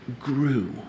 grew